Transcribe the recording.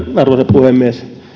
puhemies